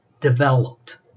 developed